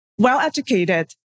well-educated